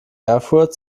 erfurt